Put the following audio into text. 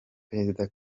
perezida